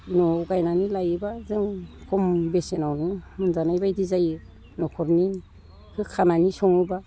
न'आव गायनानै लायोब्ला जों खम बेसेनावनो मोनजानाय बायदि जायो न'खरनिखो खानानै सङोब्ला